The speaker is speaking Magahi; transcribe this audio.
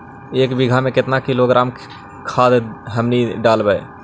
एक बीघा मे के किलोग्राम खाद हमनि डालबाय?